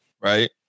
Right